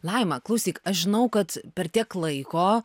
laima klausyk aš žinau kad per tiek laiko